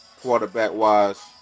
Quarterback-wise